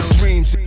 dreams